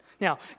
Now